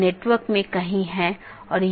तो यह पूरी तरह से मेष कनेक्शन है